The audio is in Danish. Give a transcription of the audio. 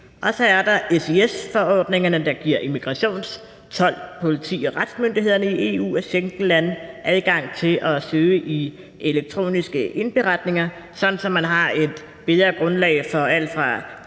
og så er der SIS-forordningerne, der giver immigrations-, told-, politi- og retsmyndighederne i EU og Schengenlandene adgang til at søge i elektroniske indberetninger, sådan at man har et bedre grundlag for alt fra